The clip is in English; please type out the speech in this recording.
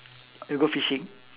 you go fishing